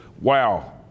wow